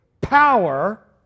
power